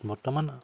বৰ্তমান